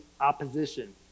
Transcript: opposition